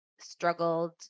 struggled